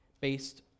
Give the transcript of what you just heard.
based